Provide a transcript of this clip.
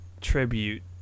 tribute